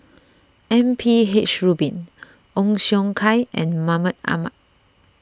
M P H Rubin Ong Siong Kai and Mahmud Ahmad